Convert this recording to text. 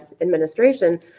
administration